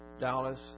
Dallas